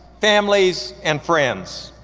families, and friends,